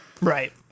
Right